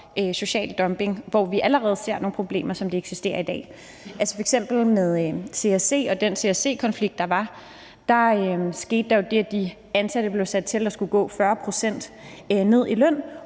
social dumping, og hvor vi ser nogle problemer, som allerede eksisterer i dag. F.eks. med CSC og den konflikt, der var der, hvor der skete det, at de ansatte blev sat til at skulle gå 40 pct. ned i løn